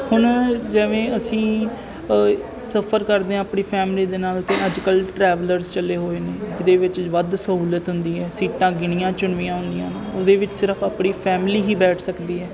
ਹੁਣ ਜਿਵੇਂ ਅਸੀਂ ਸਫ਼ਰ ਕਰਦੇ ਹਾਂ ਆਪਣੀ ਫੈਮਲੀ ਦੇ ਨਾਲ ਅਤੇ ਅੱਜ ਕੱਲ੍ਹ ਟਰੈਵਲਰ ਚੱਲੇ ਹੋਏ ਨੇ ਜਿਹਦੇ ਵਿੱਚ ਵੱਧ ਸਹੂਲਤ ਹੁੰਦੀ ਹੈ ਸੀਟਾਂ ਗਿਣੀਆਂ ਚੁਣਵੀਆਂ ਹੁੰਦੀਆਂ ਉਹਦੇ ਵਿੱਚ ਸਿਰਫ਼ ਆਪਣੀ ਫੈਮਿਲੀ ਹੀ ਬੈਠ ਸਕਦੀ ਹੈ